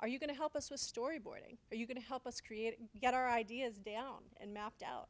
are you going to help us with storyboarding are you going to help us create get our ideas down and mapped out